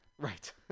Right